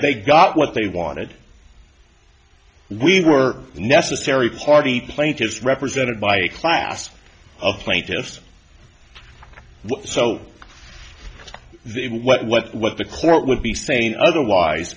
they got what they wanted we were necessary party plaintiffs represented by a class of plaintiffs so what what what the court would be saying otherwise